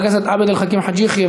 חבר הכנסת עבד אל חכים חאג' יחיא,